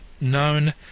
known